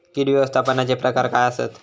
कीड व्यवस्थापनाचे प्रकार काय आसत?